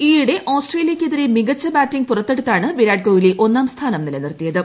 ഈയിടെ ആസ്ട്രേലിയക്കെതിരെ മികച്ച ബാറ്റിങ്ങ് പുറത്തെടുത്താണ് വിരാട് കോഹ്ലി ഒന്നാം സ്ഥാനം നിലനിർത്തിയത്